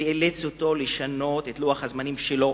ואילץ אותו לשנות את לוח הזמנים שלו